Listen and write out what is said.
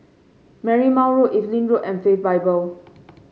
Marymount Road Evelyn Road and Faith Bible